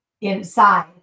inside